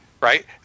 right